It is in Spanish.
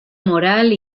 moral